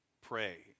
pray